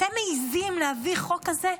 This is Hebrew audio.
אתם מעיזים להביא חוק כזה?